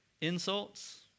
insults